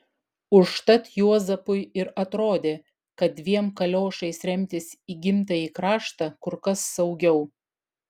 užtat juozapui ir atrodė kad dviem kaliošais remtis į gimtąjį kraštą kur kas saugiau